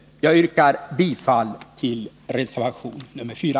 Jag yrkar bifall till reservation nr 4.